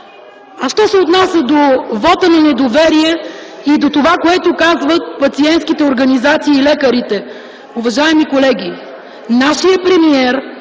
А що се отнася до вота на недоверие и до това, което казват пациентските организации и лекарите